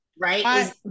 right